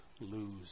lose